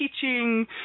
teaching